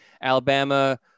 Alabama